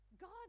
God